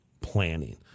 planning